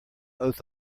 oath